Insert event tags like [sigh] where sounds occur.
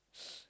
[noise]